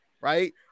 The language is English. right